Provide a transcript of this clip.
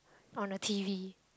on a t_v